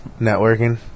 networking